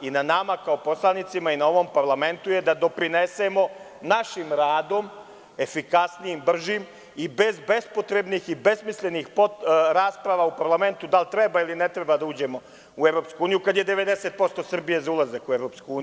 Na nama kao poslanicima i na ovom parlamentu je da doprinesemo našim radom, efikasnijim, bržim i bez bespotrebnih i besmislenih podrasprava u parlamentu da li treba ili ne treba da uđemo u EU, kada je 90% Srbije za ulazak u EU.